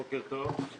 בוקר טוב.